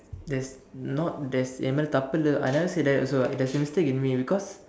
that's not there's என் மேல தப்பு இல்ல:en meela thappu illa I never say that also what there's a mistake in me because